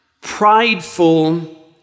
prideful